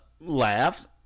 laughed